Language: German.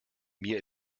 mir